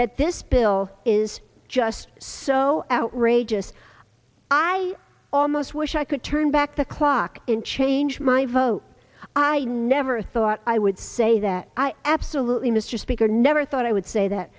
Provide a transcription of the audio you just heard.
that this bill is just so outrageous i almost wish i could turn back the clock in change my vote i never thought i would say that i absolutely mr speaker never thought i would say that